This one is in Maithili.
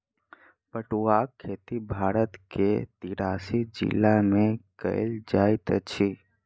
पटुआक खेती भारत के तिरासी जिला में कयल जाइत अछि